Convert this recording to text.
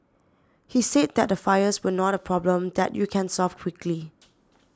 he said that the fires were not a problem that you can solve quickly